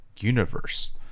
universe